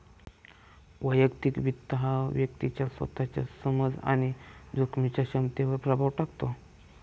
वैयक्तिक वित्त हा व्यक्तीच्या स्वतःच्या समज आणि जोखमीच्या क्षमतेवर प्रभाव टाकतो